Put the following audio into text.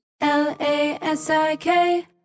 L-A-S-I-K